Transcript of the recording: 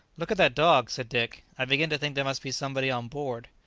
look at that dog! said dick i begin to think there must be somebody on board.